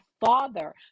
father